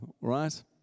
right